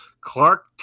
Clark